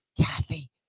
Kathy